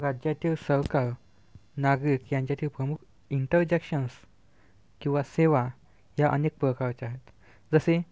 राज्यातील सरकार नागरिक ह्यांच्यातील प्रमुख इंटरजेक्शन्स किंवा सेवा या अनेक प्रकारच्या आहेत जसे